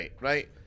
right